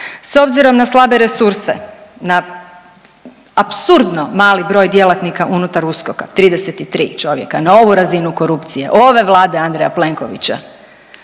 S obzirom na slabe resurse, na apsurdno mali broj djelatnika unutar USKOK-a, 33 čovjeka na ovu razinu korupcije ove Vlade Andreja Plenkovića,